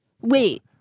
Wait